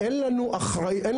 אין לנו סמכות.